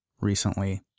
recently